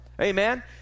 amen